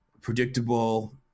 predictable